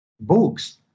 books